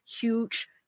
huge